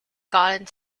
garden